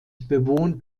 bewohnt